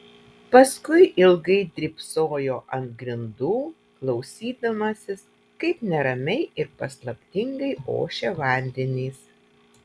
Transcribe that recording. paskui ilgai drybsojo ant grindų klausydamasis kaip neramiai ir paslaptingai ošia vandenys